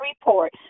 report